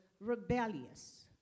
rebellious